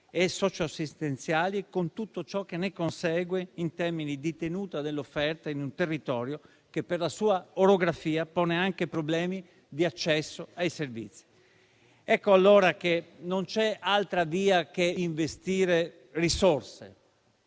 e socioassistenziali, con tutto ciò che ne consegue in termini di tenuta dell'offerta in un territorio che per la sua orografia pone anche problemi di accesso ai servizi. Ecco allora che non c'è altra via che investire risorse